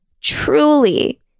truly